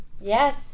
Yes